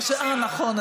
אה, נכון.